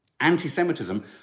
anti-Semitism